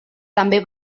també